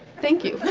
thank you.